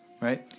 right